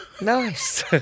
Nice